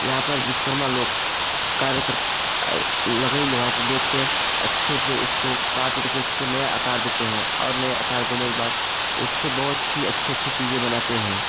यहाँ पर विश्वकर्मा लोग कार्य लकड़ी लोहा को बेचकर अच्छे से उसको काट उट के उसको नया आकार देते हैं और नए आकार देने के बाद उससे बहुत ही अच्छे अच्छे चीज़ें बनाते हैं